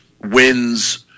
wins